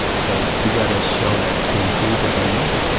so we got to show that it improves every month.